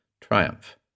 triumph